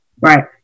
Right